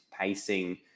pacing